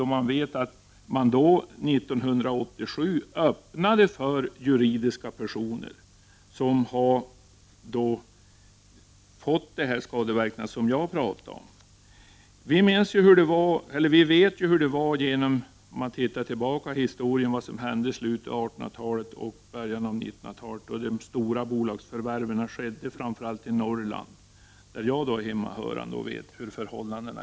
Vi vet att centern 1987 öppnade för juridiska personer att köpa mark, vilket har fått de skadeverkningar som jag har pratat om. Vi vet vad som hände i slutet av 1800-talet och början av 1900-talet, då de stora bolagsförvärven skedde, framför allt i Norrland, där jag är hemmahö rande och känner till förhållandena.